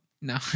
No